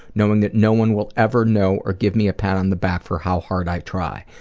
knowing that no one will ever know or give me a pat on the back for how hard i try.